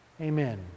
Amen